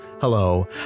Hello